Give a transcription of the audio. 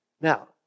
Now